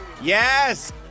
Yes